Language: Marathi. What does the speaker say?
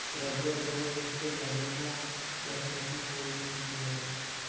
प्रजवळ जवळ प्रत्येक भाज्यांना लसणाची फोडणी दिली जाते